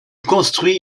construit